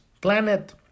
planet